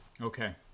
Okay